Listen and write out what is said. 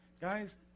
Guys